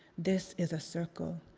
this is a circle,